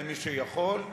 למי שיכול,